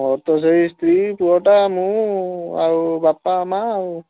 ମୋର ତ ସେହି ସ୍ତ୍ରୀ ପୁଅଟା ମୁଁ ଆଉ ବାପା ମା ଆଉ